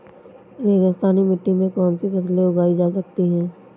रेगिस्तानी मिट्टी में कौनसी फसलें उगाई जा सकती हैं?